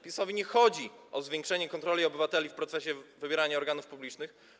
PiS-owi nie chodzi o zwiększenie kontroli obywateli w procesie wybierania organów publicznych.